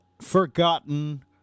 forgotten